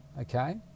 Okay